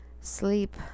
sleep